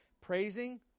praising